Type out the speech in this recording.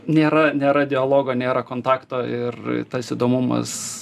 nėra nėra dialogo nėra kontakto ir tas įdomumas